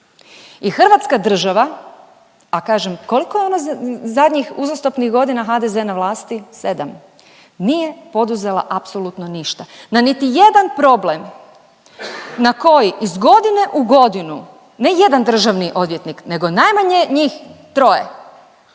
I Hrvatska država, a kažem koliko je ono zadnjih uzastopnih godina HDZ na vlasti? 7. Nije poduzela apsolutno ništa. Na niti jedan problem na koji iz godine u godinu, ne jedan državni odvjetnik nego najmanje njih troje